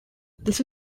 this